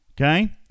okay